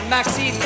Maxi